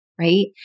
Right